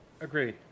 Agree